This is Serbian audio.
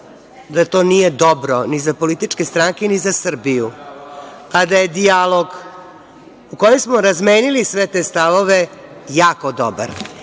da to nije dobro ni za političke stranke, ni za Srbiju, a da je dijalog u kojem smo razmenili sve te stavove jako dobar